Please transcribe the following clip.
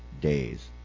days